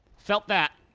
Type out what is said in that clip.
felt that.